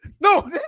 No